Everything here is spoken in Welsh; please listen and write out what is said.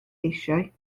eisiau